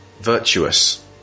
virtuous